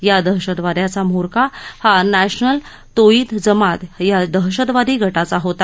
या दहशतवाद्याचा म्होरक्या हा नॅशनल तोवि जमात या दहशतवादी गटाचा होता